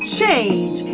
change